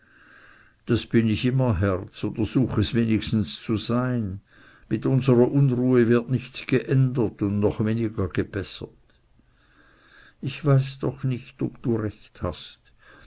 das bin ich immer herz oder such es wenigstens zu sein mit unserer unruhe wird nichts geändert und noch weniger gebessert ich weiß doch nicht ob du recht hast